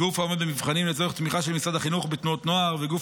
גוף העומד במבחנים לצורך תמיכה של משרד החינוך בתנועות נוער וגוף